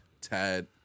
tad